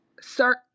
sir